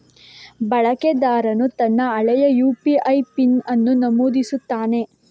ಬಳಕೆದಾರನು ತನ್ನ ಹಳೆಯ ಯು.ಪಿ.ಐ ಪಿನ್ ಅನ್ನು ನಮೂದಿಸುತ್ತಾನೆ